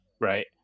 right